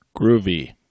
Groovy